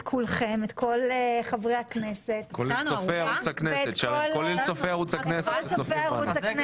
כל חברי הכנסת ואת כל צופי ערוץ הכנסת